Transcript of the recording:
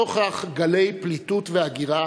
נוכח גלי פליטות והגירה